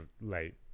late